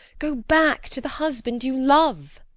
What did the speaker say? go back to the husband you love.